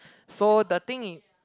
so the thing is